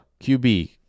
QB